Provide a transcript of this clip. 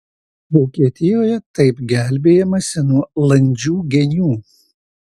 vokietijoje taip gelbėjamasi nuo landžių genių